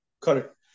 Correct